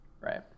Right